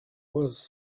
was